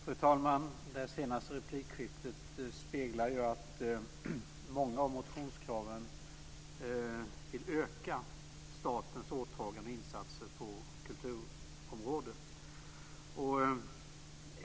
Fru talman! Det senaste replikskiftet speglar att många av motionskraven handlar om att man vill öka statens åtaganden och insatser på kulturområdet.